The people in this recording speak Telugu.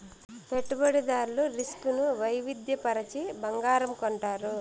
పెట్టుబడిదారులు రిస్క్ ను వైవిధ్య పరచి బంగారం కొంటారు